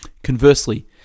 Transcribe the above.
Conversely